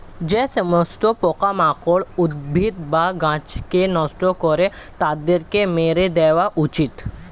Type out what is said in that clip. যে সমস্ত পোকামাকড় উদ্ভিদ বা গাছকে নষ্ট করে তাদেরকে মেরে দেওয়া উচিত